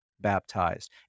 baptized